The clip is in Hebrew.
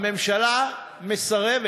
הממשלה מסרבת.